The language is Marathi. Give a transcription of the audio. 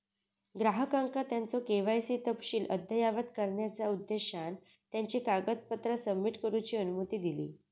ग्राहकांका त्यांचो के.वाय.सी तपशील अद्ययावत करण्याचा उद्देशान त्यांची कागदपत्रा सबमिट करूची अनुमती दिली